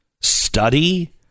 study